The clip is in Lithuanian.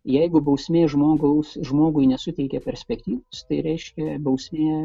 jeigu bausmė žmogaus žmogui nesuteikia perspektyvos tai reiškia bausmė